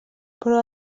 però